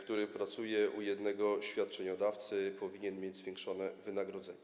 który pracuje u jednego świadczeniodawcy, powinien mieć zwiększone wynagrodzenie.